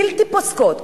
בלתי פוסקות,